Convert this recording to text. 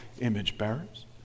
image-bearers